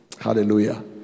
Hallelujah